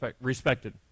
respected